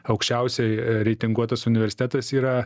aukščiausiai reitinguotas universitetas yra